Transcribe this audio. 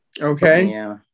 okay